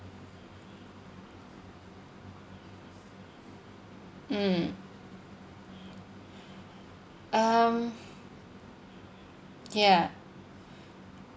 mm um ya